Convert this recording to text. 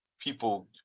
people